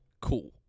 cool